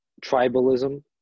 tribalism